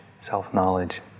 self-knowledge